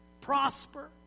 prosper